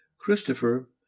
Christopher